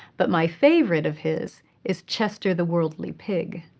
but my favorite of his is chester the worldly pig.